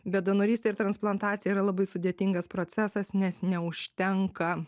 bet donorystė ir transplantacija yra labai sudėtingas procesas nes neužtenka